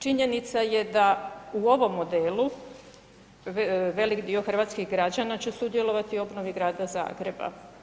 Činjenica je da u ovom modelu veliki dio hrvatskih građana će sudjelovati u obnovi Grada Zagreba.